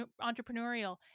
entrepreneurial